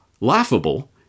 laughable